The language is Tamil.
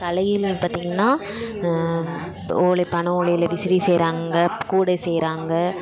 கலைகள் பார்த்தீங்கன்னா ஓலை பனை ஓலையில் விசிறி செய்கிறாங்க கூடை செய்கிறாங்க